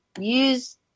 use